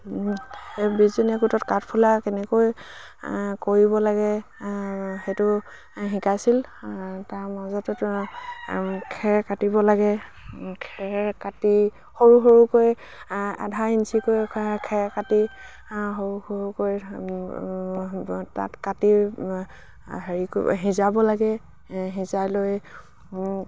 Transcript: সেই বিছজনীয়া গোটত কাঠফুলা কেনেকৈ কৰিব লাগে সেইটো শিকাইছিল তাৰ মাজত খেৰ কাটিব লাগে খেৰ কাটি সৰু সৰুকৈ আধা ইঞ্চিকৈ খেৰ কাটি সৰু সৰুকৈ তাত কাটি হেৰি সিজাব লাগে সিজাই লৈ